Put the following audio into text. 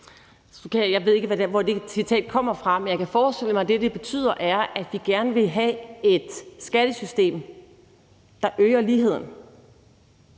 Jeg ved ikke, hvor det citat kommer fra, men jeg kan forestille mig, at det, det betyder, er, at vi gerne vil have et skattesystem, der øger ligheden.